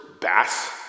bass